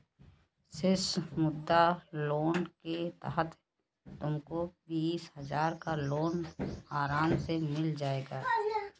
शिशु मुद्रा लोन के तहत तुमको बीस हजार का लोन आराम से मिल जाएगा